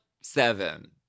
seven